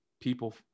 people